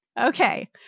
okay